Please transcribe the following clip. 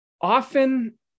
often